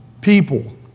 people